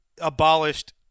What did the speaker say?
abolished